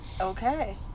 Okay